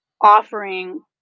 offering